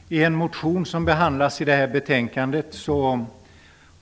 Herr talman! I en motion som behandlas i detta betänkande